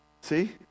See